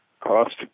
cost